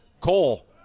Cole